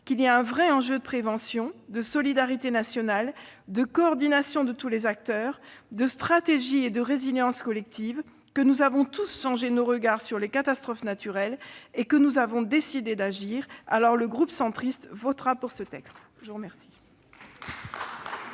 qu'il y a un vrai enjeu de prévention, de solidarité nationale, de coordination de tous les acteurs, de stratégie et de résilience collectives, que nous avons tous changé notre regard sur les catastrophes naturelles et que nous avons décidé d'agir, le groupe centriste votera pour ce texte. La parole